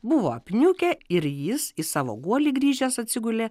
buvo apniukę ir jis į savo guolį grįžęs atsigulė